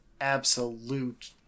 absolute